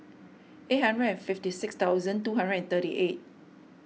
eight hundred and fifty six thousand two hundred and thirty eight